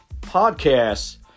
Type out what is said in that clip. podcasts